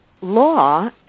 Law